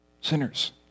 sinners